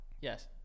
Yes